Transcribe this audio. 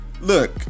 Look